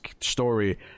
story